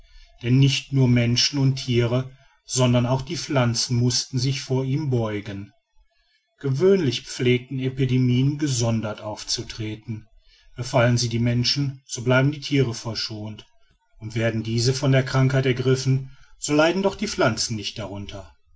denn nicht nur menschen und thiere sondern auch die pflanzen mußten sich vor ihm beugen gewöhnlich pflegen epidemien gesondert aufzutreten befallen sie die menschen so bleiben die thiere verschont und werden diese von der krankheit ergriffen so leiden doch die pflanzen nicht darunter